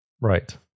Right